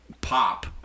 pop